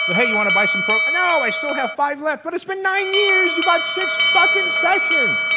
hey you wanna buy some programs? no! i still have five left. but it's been nine years! you've got six fucking sessions.